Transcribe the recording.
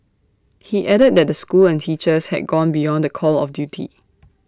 he added that the school and teachers had gone beyond the call of duty